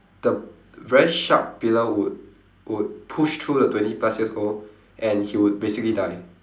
the very sharp pillar would would push through the twenty plus years old and he will basically die